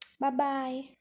Bye-bye